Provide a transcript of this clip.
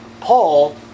Paul